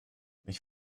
ich